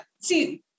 see